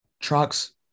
Trucks